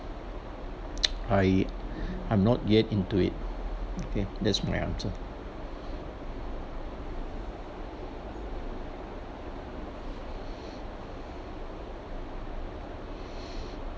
I I'm not yet into okay that's my answer